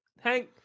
Hank